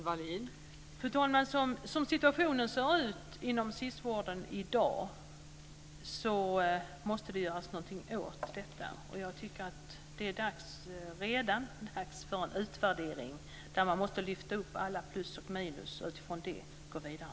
Fru talman! Som situationen ser ut inom ungdomsvården i dag måste det göras någonting åt detta. Jag tycker att det redan är dags för en utvärdering där man måste lyfta fram alla plus och minusfaktorer.